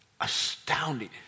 Astounding